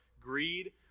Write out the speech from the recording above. greed